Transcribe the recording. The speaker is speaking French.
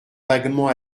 vaguement